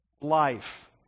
life